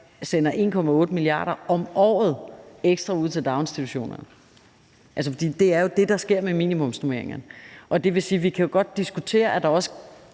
sender 1,8 mia. kr. ekstra om året ud til daginstitutionerne. Altså, det er jo det, der sker med minimumsnormeringerne. Vi kan jo godt diskutere, at man kan